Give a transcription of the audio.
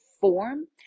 form